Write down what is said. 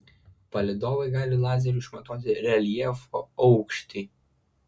palydovai gali lazeriu išmatuoti reljefo aukštį